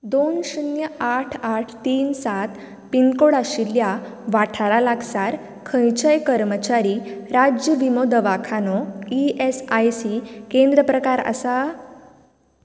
दोन शुन्य आठ आठ तीन सात पीन कोड आशिल्ल्या वाठारा लागसार खंयचेंय कर्मचारी राज्य विमो दवाखानो ई एस आय सी केंद्र प्रकार आसा